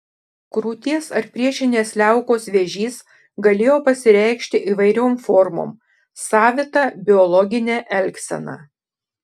krūties ar priešinės liaukos vėžys galėjo pasireikšti įvairiom formom savita biologine elgsena